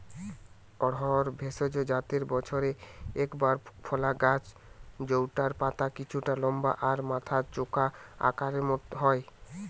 অড়হর ভেষজ জাতের বছরে একবার ফলা গাছ জউটার পাতা কিছুটা লম্বা আর মাথা চোখা আকারের হয়